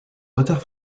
retard